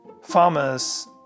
farmers